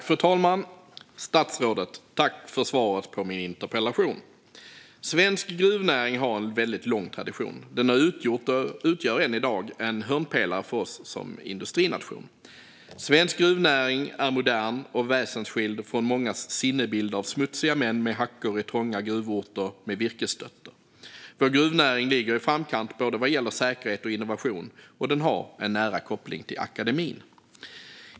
Fru talman! Jag tackar statsrådet för svaret på min interpellation. Svensk gruvnäring har en väldigt lång tradition. Den har utgjort och utgör än i dag en hörnpelare för oss som industrination. Svensk gruvnäring är modern och väsensskild från mångas sinnebild av smutsiga män med hackor i trånga gruvorter med virkesstöttor. Vår gruvnäring ligger i framkant vad gäller både säkerhet och innovation, och den har en nära koppling till akademin.